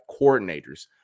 coordinators